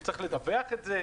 הוא צריך לדווח את זה.